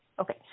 okay